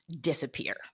disappear